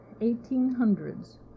1800s